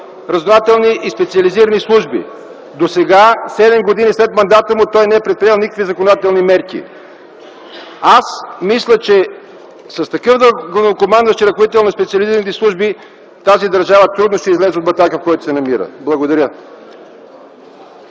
разузнавателни и специализирани служби. Досега, седем години след мандата му, той не е предприел никакви законодателни мерки. Аз мисля, че с такъв главнокомандващ и ръководител на специализираните служби (шум в залата) тази държава трудно ще излезе от батака, в който се намира. Благодаря.